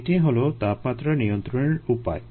এটিই হলো তাপমাত্রা নিয়ন্ত্রণের উপায়